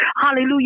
Hallelujah